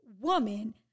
woman